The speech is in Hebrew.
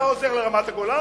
אתה עוזר לרמת-הגולן?